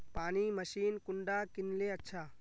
पानी मशीन कुंडा किनले अच्छा?